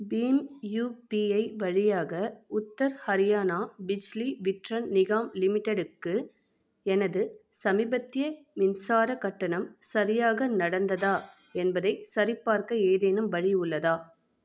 beam UPI வழியாக உத்தர் ஹரியானா பிஜ்லி விட்ரன் நிகாம் லிமிட்டடுக்கு எனது சமீபத்திய மின்சாரக் கட்டணம் சரியாக நடந்ததா என்பதைச் சரிபார்க்க ஏதேனும் வழி உள்ளதா